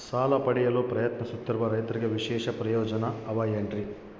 ಸಾಲ ಪಡೆಯಲು ಪ್ರಯತ್ನಿಸುತ್ತಿರುವ ರೈತರಿಗೆ ವಿಶೇಷ ಪ್ರಯೋಜನ ಅವ ಏನ್ರಿ?